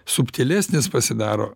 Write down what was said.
subtilesnis pasidaro